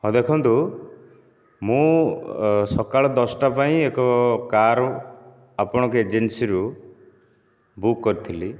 ହଁ ଦେଖନ୍ତୁ ମୁଁ ସକାଳ ଦଶଟା ପାଇଁ ଏକ କାର୍ ଆପଣଙ୍କ ଏଜେନ୍ସିରୁ ବୁକ୍ କରିଥିଲି